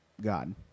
God